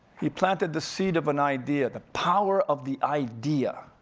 he planted the seed of an idea, the power of the idea.